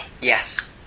yes